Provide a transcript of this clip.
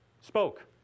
spoke